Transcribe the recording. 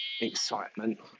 excitement